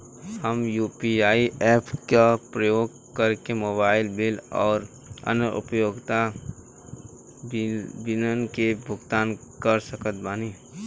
हम UPI apps के उपयोग करके मोबाइल बिल आउर अन्य उपयोगिता बिलन के भुगतान कर सकत बानी